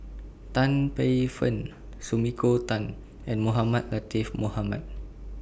Tan Paey Fern Sumiko Tan and Mohamed Latiff Mohamed